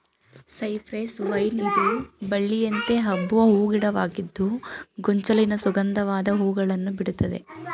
cypress vine ಇದು ಬಳ್ಳಿಯಂತೆ ಹಬ್ಬುವ ಹೂ ಗಿಡವಾಗಿದ್ದು ಗೊಂಚಲಿನ ಸುಗಂಧವಾದ ಹೂಗಳನ್ನು ಬಿಡುತ್ತದೆ